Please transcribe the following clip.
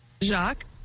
Jacques